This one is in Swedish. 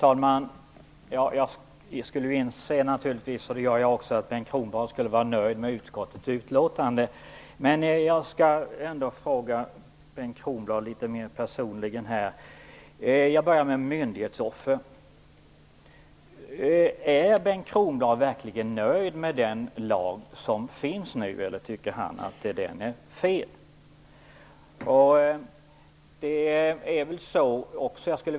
Herr talman! Jag har naturligtvis insett att Bengt Kronblad skulle vara nöjd med utskottets utlåtande. Men jag skall ändå litet mer personligen ställa några frågor till Bengt Kronblad. Jag börjar med myndighetsoffer. Är Bengt Kronblad verkligen nöjd med den lag som finns nu eller tycker han att den är fel?